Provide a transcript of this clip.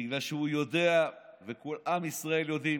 בגלל שהוא יודע וכל עם ישראל יודעים